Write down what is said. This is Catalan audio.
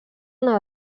una